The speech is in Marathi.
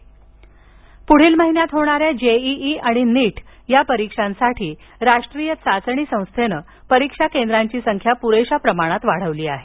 जेईई नीट पुढील महिन्यात होणाऱ्या जेईई आणि नीट या परीक्षांसाठी राष्ट्रीय चाचणी संस्थेनं परीक्षा केंद्रांची संख्या पुरेशा प्रमाणात वाढवली आहे